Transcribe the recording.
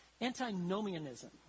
Antinomianism